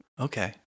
Okay